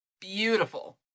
Beautiful